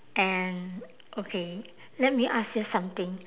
and okay let me ask you something